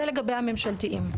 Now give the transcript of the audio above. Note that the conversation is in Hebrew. זה לגבי הממשלתיים.